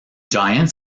giants